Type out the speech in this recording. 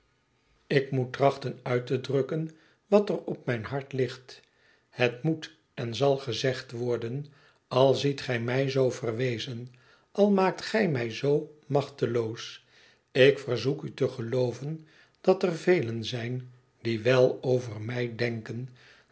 ik moet trachten uit te drukken wat er op mijn hart ligt het moet en zal gezegd worden al ziet gij mij zoo verwezen al maakt gij mij zoo machteloos ik verzoek u te gelooven dat er velen zijn die wèl over mij denken